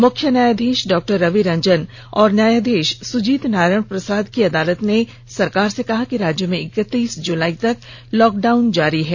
मुख्य न्यायाधीश डॉक्टर रवि रंजन और न्यायाधीश सुजीत नारायण प्रसाद की अदालत ने सरकार से कहा कि राज्य में इकतीस जुलाई तक लॉकडाउन जारी है